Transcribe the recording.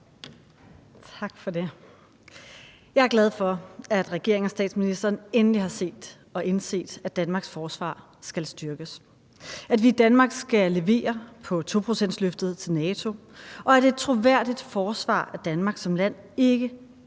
Tak for det. Jeg er glad for, at regeringen og statsministeren endelig har set og indset, at Danmarks forsvar skal styrkes, at vi i Danmark skal levere på 2-procentsløftet til NATO, og at et troværdigt forsvar af Danmark som land ikke